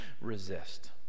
resist